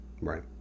Right